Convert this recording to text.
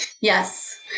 Yes